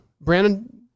Brandon